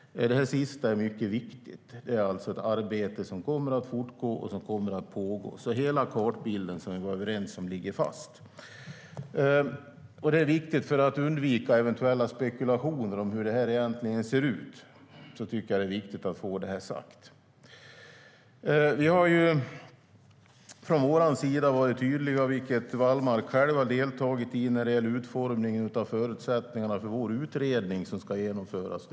Det sista är mycket viktigt. Det är alltså ett arbete som kommer att fortgå och pågå. Hela kartbilden som vi var överens om ligger fast. För att undvika eventuella spekulationer om hur det egentligen ser ut är det viktigt att få det sagt. Vi har från vår sida varit tydliga med utformningen av förutsättningarna för vår utredning som nu ska genomföras.